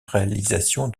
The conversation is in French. réalisation